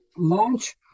launch